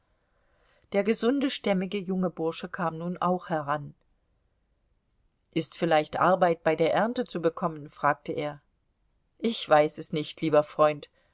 der gesunde stämmige junge bursche kam nun auch heran ist vielleicht arbeit bei der ernte zu bekommen fragte er ich weiß es nicht lieber freund